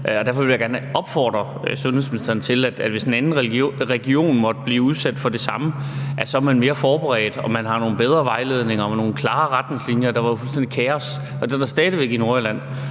Derfor vil jeg gerne opfordre sundhedsministeren til, at man, hvis en anden region måtte blive udsat for det samme, er mere forberedt, og at man har nogle bedre vejledninger og nogle klarere retningslinjer. Der var jo fuldstændig kaos, og det er der stadig væk i Nordjylland,